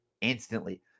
instantly